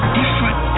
different